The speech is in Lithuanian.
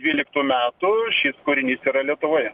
dvyliktų metų šis kūrinys yra lietuvoje